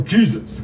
Jesus